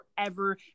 forever